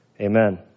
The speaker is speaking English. Amen